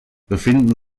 befinden